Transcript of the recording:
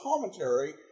commentary